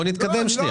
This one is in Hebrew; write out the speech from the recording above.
בואו נתקדם.